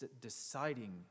deciding